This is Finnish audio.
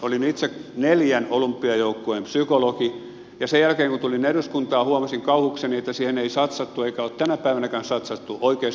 olin itse neljän olympiajoukkueen psykologi ja sen jälkeen kun tulin eduskuntaan huomasin kauhukseni että siihen ei satsattu eikä ole tänä päivänäkään satsattu oikeastaan ollenkaan